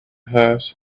hers